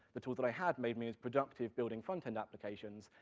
the tools that i had made me as productive building front-end applications,